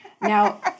Now